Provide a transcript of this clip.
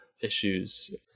issues